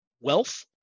wealth